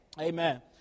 Amen